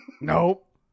Nope